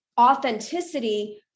authenticity